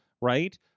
right